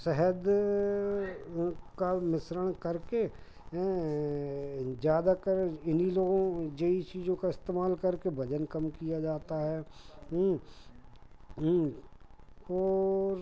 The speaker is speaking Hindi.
शहद का मिश्रण करके ज़्यादाकर इन्हीं लोगों यहीं चीज़ों का इस्तेमाल करके वज़न कम किया जाता है और